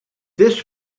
this